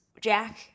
jack